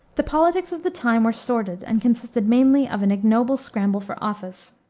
the politics of the time were sordid and consisted mainly of an ignoble scramble for office.